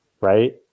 right